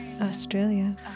Australia